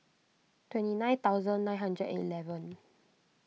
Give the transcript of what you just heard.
twenty nine thousand nine hundred and eleven